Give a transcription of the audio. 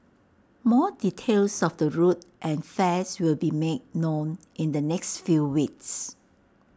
more details of the route and fares will be made known in the next few weeks